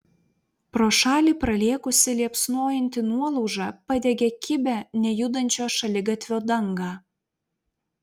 pro šalį pralėkusi liepsnojanti nuolauža padegė kibią nejudančio šaligatvio dangą